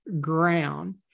ground